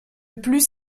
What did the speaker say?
plus